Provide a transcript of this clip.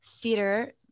theater